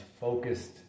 focused